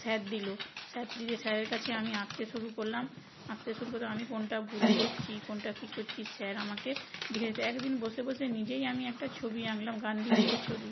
sir দিলো sir দিতে স্যারের কাছে আমি আঁকতে শুরু করলাম আঁকতে শুরু করে আমি কোনটা ভুল করছি কোনটা কী করছি স্যার আমাকে দেখিয়ে দিতো এক দিন বসে বসে নিজেই আমি একটা ছবি আঁকলাম গান্ধিজির ছবি